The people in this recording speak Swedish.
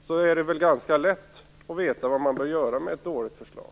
Då är det väl ganska lätt att veta vad man bör göra med ett dåligt förslag.